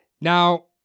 Now